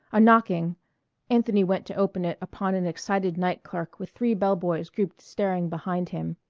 a knocking anthony went to open it upon an excited night clerk with three bell-boys grouped staring behind him.